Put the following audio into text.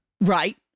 right